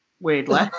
Weirdly